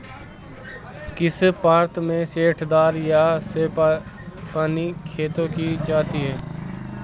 किस प्रांत में सीढ़ीदार या सोपानी खेती की जाती है?